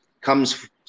comes